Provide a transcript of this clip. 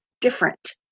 different